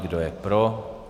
Kdo je pro?